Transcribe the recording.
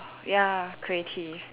ya creative